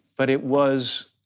but it was,